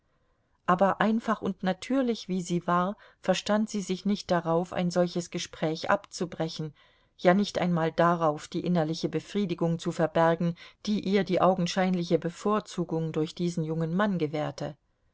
aber einfach und natürlich wie sie war verstand sie sich nicht darauf ein solches gespräch abzubrechen ja nicht einmal darauf die innerliche befriedigung zu verbergen die ihr die augenscheinliche bevorzugung durch diesen jungen mann gewährte